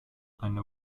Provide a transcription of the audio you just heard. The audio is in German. eine